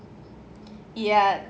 ya